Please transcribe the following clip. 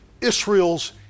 Israel's